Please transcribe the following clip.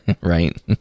right